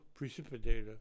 precipitator